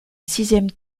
sixième